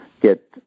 get